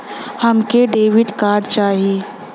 हमके debit card चाही?